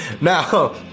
Now